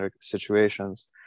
situations